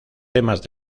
temas